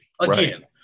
Again